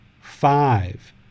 Five